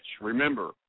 Remember